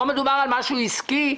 לא מדובר על משהו עסקי,